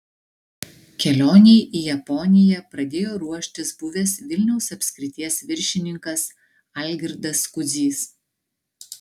kelionei į japoniją pradėjo ruoštis buvęs vilniaus apskrities viršininkas algirdas kudzys